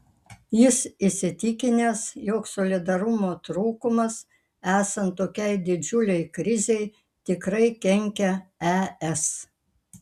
jis įsitikinęs jog solidarumo trūkumas esant tokiai didžiulei krizei tikrai kenkia es